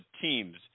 teams